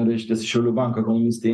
reiškias šiaulių banko ekonomistai